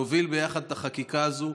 נוביל ביחד את החקיקה הזאת.